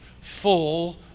full